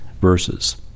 verses